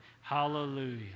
Hallelujah